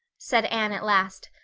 said anne at last,